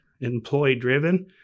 employee-driven